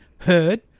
heard